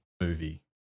movie